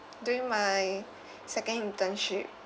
during my second internship